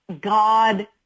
God